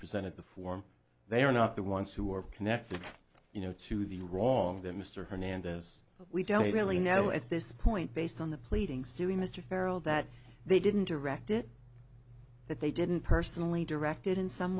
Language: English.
presented the form they are not the ones who are connected you know to the wrong that mr hernandez we don't really know at this point based on the pleadings doing mr farrel that they didn't direct it that they didn't personally directed in some